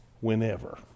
whenever